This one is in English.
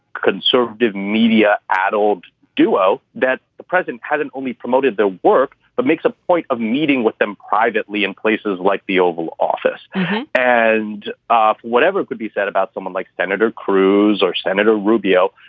conservative, media addled duo that the president hasn't only promoted the work but makes a point of meeting with them privately in places like the oval office and off whatever could be said about someone like senator cruz or senator rubio.